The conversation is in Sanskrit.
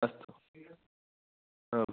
अस्तु आम्